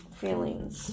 feelings